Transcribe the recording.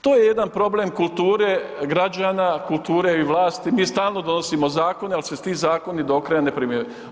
To je jedan problem kulture građane, kulture i vlasti, mi stalno donosimo zakone ali se ti zakoni do kraja ne primjenjuju.